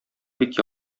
бик